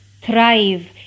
thrive